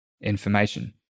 information